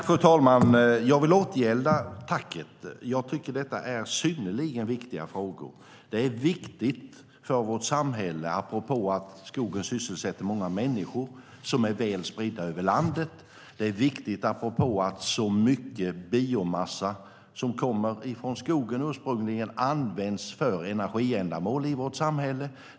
Fru talman! Jag vill återgälda tacket. Jag tycker att detta är synnerligen viktiga frågor. Det är viktigt för vårt samhälle apropå att skogen sysselsätter många människor som är spridda över landet. Det är viktigt apropå att så mycket biomassa som ursprungligen kommer från skogen används för energiändamål i vårt samhälle.